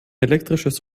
elektrisches